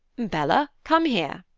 bella, come here.